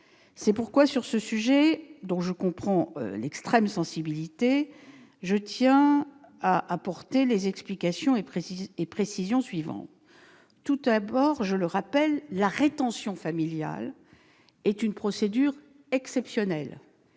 C'est pourquoi, sur ce sujet dont, encore une fois, je comprends l'extrême sensibilité, je tiens à apporter quelques explications et précisions. Tout d'abord, je le rappelle, la rétention familiale est une procédure exceptionnelle,